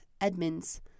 Edmonds